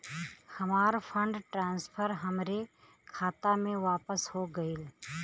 हमार fund transfer हमरे खाता मे वापस हो गईल